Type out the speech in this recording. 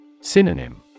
Synonym